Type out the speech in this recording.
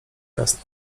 jasne